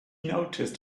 noticed